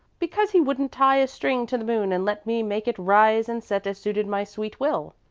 because he wouldn't tie a string to the moon and let me make it rise and set as suited my sweet will.